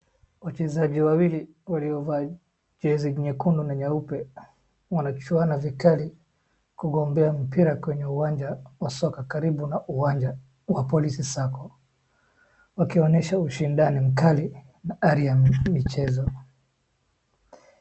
Wachezaji wawili waliovaa jezi nyekundu na nyeupe, wanadifuana vikali kugombea mpira kwenye uwanja wa soka karibu na uwanja wa Police Sacco , wakionyesha ushindani mkali na hali ya michezo.